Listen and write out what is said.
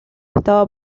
estaba